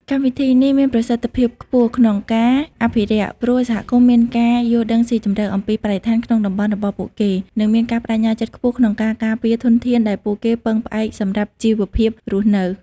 កម្មវិធីនេះមានប្រសិទ្ធភាពខ្ពស់ក្នុងការអភិរក្ស ព្រោះសហគមន៍មានការយល់ដឹងស៊ីជម្រៅអំពីបរិស្ថានក្នុងតំបន់របស់ពួកគេ និងមានការប្ដេជ្ញាចិត្តខ្ពស់ក្នុងការការពារធនធានដែលពួកគេពឹងផ្អែកសម្រាប់ជីវភាពរស់នៅ។